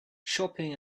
shopping